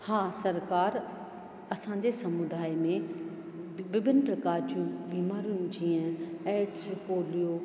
हा सरकार असांजे समुदाय में विभिन्न प्रकार जूं बीमारियूं जीअं एडस पोलियो